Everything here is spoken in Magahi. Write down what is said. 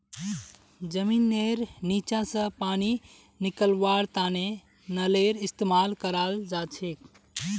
जमींनेर नीचा स पानी निकलव्वार तने नलेर इस्तेमाल कराल जाछेक